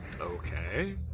Okay